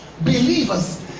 believers